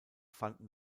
fanden